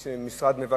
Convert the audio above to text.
יש משרד מבקר.